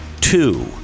two